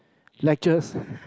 lectures